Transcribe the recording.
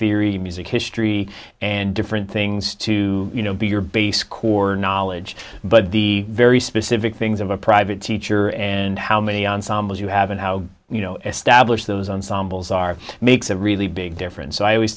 theory music history and different things to you know be your base core knowledge but the very specific things of a private teacher and how many ensembles you have and how you know establish those ensembles are makes a really big difference so i always